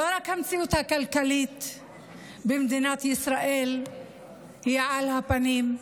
לא רק המציאות הכלכלית במדינת ישראל היא על הפנים,